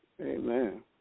Amen